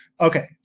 Okay